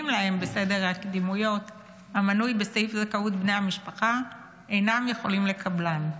להם בסדר הקדימויות המנוי בסעיף זכאות בני המשפחה אינם יכולים לקבלן.